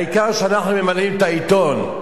העיקר שאנחנו ממלאים את העיתון.